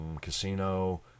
Casino